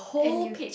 and you